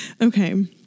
Okay